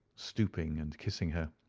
stooping and kissing her.